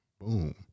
Boom